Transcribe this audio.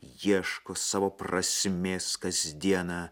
ieško savo prasmės kasdieną